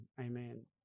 Amen